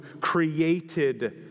created